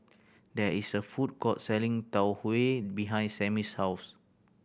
there is a food court selling Tau Huay behind Sammy's house